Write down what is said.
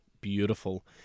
beautiful